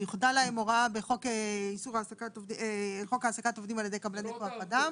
יוחדה להם הוראה בחוק העסקת עובדים על ידי קבלני כוח אדם --- לא,